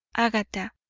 agatha,